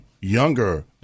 younger